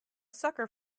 sucker